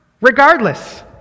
regardless